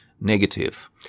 negative